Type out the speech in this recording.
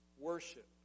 worship